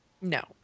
No